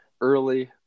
early